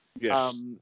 yes